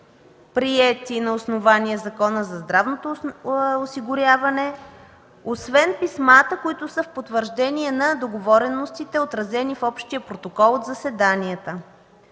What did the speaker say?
приети на основание Закона за здравното осигуряване, освен писмата, които са в потвърждение на договореностите, отразени в общия протокол от заседанията.